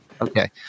Okay